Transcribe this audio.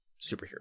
superhero